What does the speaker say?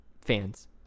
fans